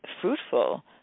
fruitful